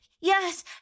Yes